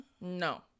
No